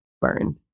burn